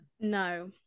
No